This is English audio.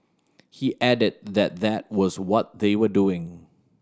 he added that that was what they were doing